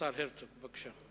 השר הרצוג, בבקשה.